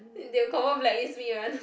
and they'll confirm blacklist me [one]